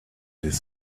his